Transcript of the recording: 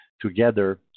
together